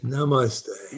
Namaste